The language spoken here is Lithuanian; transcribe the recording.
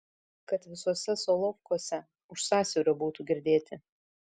kad visuose solovkuose už sąsiaurio būtų girdėti